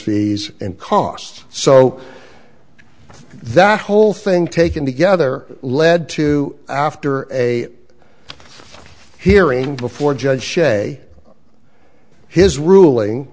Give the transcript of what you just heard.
fees and costs so that whole thing taken together led to after a hearing before a judge shea his ruling